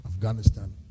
Afghanistan